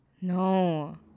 No